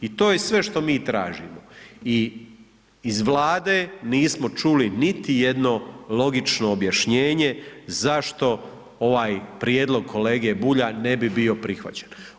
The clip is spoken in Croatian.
I to je sve što mi tražimo i iz Vlade nismo čuli niti jedno logično objašnjenje zašto ovaj prijedlog kolege Bulja ne bi bio prihvaćen.